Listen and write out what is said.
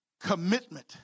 commitment